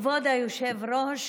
כבוד היושב-ראש,